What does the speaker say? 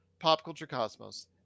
PopCultureCosmos